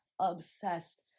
obsessed